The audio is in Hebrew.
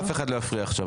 אף אחד לא יפריע עכשיו.